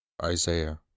ISAIAH